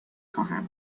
خواهم